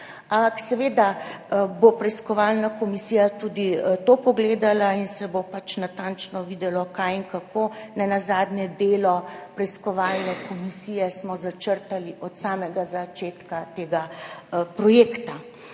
seveda bo preiskovalna komisija tudi to pogledala in se bo pač natančno videlo, kaj in kako, nenazadnje smo delo preiskovalne komisije začrtali od samega začetka tega projekta.